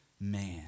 man